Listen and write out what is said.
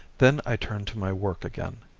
then i turned to my work again,